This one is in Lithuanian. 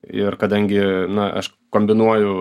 ir kadangi na aš kombinuoju